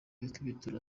ikubitiro